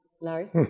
Larry